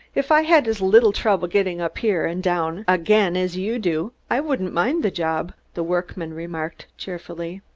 if i had as little trouble getting up here and down again as you do i wouldn't mind the job, the workman remarked cheerfully.